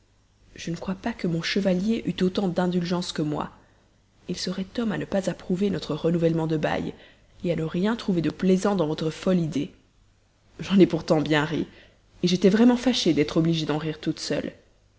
je ne crois pas que mon chevalier eût autant d'indulgence que moi il serait homme à ne pas approuver notre renouvellement de bail à ne rien trouver de plaisant dans votre folle idée j'en ai pourtant bien ri j'étais vraiment fâchée d'être obligée d'en rire toute seule